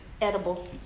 Edible